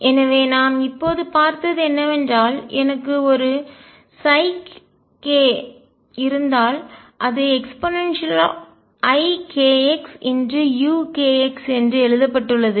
எனவே நாம் இப்போது பார்த்தது என்னவென்றால் எனக்கு ஒரு k இருந்தால் அது eikxuk என்று எழுதப்பட்டுள்ளது